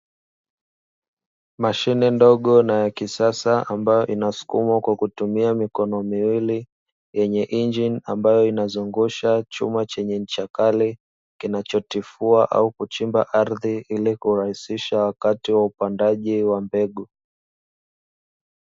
Mashine ndogo na ya kisasa ambayo inasukumwa kwa kutumia mikono miwili, yenye injini ambayo inazungusha chuma chenye ncha kali kinachotifua au kuchimba ardhi ili kurahisisha wakati wa upandaji wa mbegu.